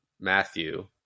Matthew